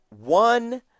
one